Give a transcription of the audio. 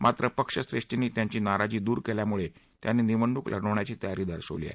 मात्र पक्ष श्रेष्ठींनी त्यांची नाराजी दूर केल्यामुळे त्यांनी निवडणूक लढविण्याची तयारी दर्शविली आहे